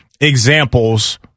examples